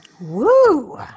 Woo